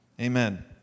Amen